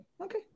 Okay